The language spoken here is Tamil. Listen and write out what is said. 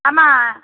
ஆமாம்